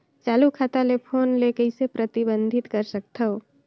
चालू खाता ले फोन ले कइसे प्रतिबंधित कर सकथव?